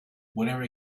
whenever